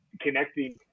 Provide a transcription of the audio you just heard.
connecting